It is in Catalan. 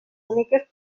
úniques